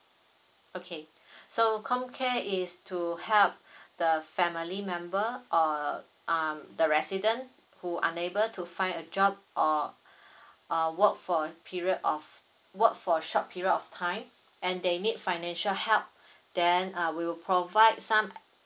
okay so comcare is to help the family member or um the resident who unable to find a job or uh work for a period of work for a short period of time and they need financial help then uh we will provide some